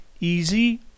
easy